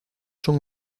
son